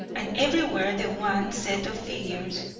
and everywhere the one set of figures,